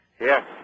Yes